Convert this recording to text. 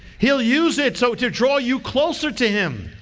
he'll use it so to draw you closer to him.